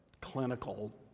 clinical